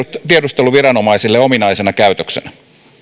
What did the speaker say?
tiedusteluviranomaisille ominaisena käytöksenä